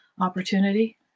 opportunity